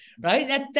right